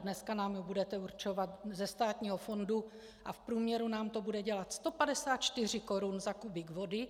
Dneska nám ji budete určovat ze státního fondu a v průměru nám to bude dělat 154 korun za kubík vody.